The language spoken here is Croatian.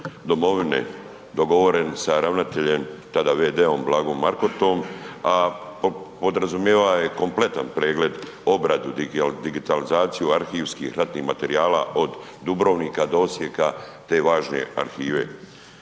domovine, dogovoren sa ravnateljem tada v.d. Blagom Markotom, a podrazumijevao je kompletan pregled, obradu, digitalizaciju arhivskih ratnih materijala od Dubrovnika do Osijeka te važne arhive.